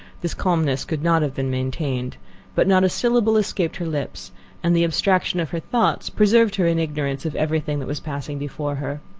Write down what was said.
this calmness could not have been maintained but not a syllable escaped her lips and the abstraction of her thoughts preserved her in ignorance of every thing that was passing before her.